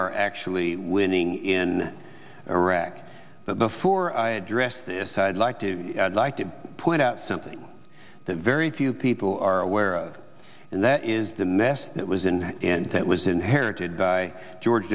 are actually winning in iraq but before i address this i'd like to like to point out something that very few people are aware of and that is the mess it was in in that was inherited by george